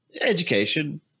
Education